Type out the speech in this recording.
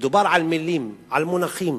מדובר על מלים, על מונחים.